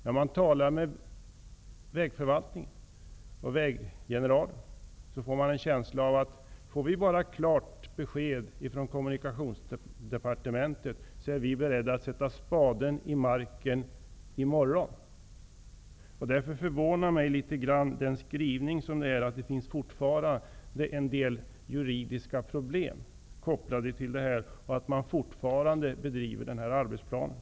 När man talar med vägförvaltningen och väggeneralen får man en känsla av att om de bara får klart besked från kommunikationsdepartementet är de beredda att sätta spaden i marken i morgon. Därför förvånar det mig att statsrådet säger att en del juridiska problem fortfarande kvarstår och att man fortfarande driver den här arbetsplanen.